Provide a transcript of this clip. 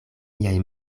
miaj